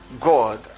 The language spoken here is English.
God